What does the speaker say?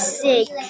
sick